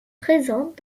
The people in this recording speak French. présente